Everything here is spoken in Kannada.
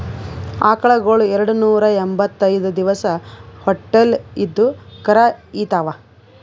ಆಕಳಗೊಳ್ ಎರಡನೂರಾ ಎಂಭತ್ತೈದ್ ದಿವಸ್ ಹೊಟ್ಟಲ್ ಇದ್ದು ಕರಾ ಈತಾವ್